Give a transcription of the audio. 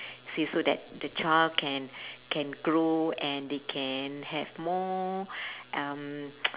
say so that the child can can grow and they can have more um